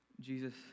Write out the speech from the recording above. Jesus